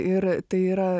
ir tai yra